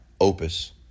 Opus